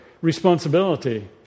responsibility